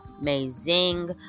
amazing